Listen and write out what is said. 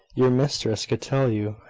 your mistress could tell you,